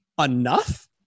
Enough